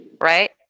right